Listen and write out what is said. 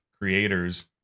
creators